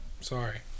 Sorry